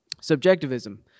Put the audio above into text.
Subjectivism